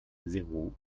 zéro